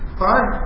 fine